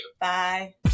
Bye